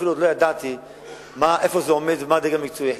אפילו עוד לא ידעתי איפה זה עומד ומה הדרג המקצועי החליט.